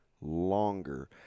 longer